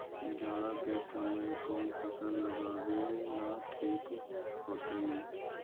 जाड़ा के समय कौन फसल लगावेला ठिक होतइ?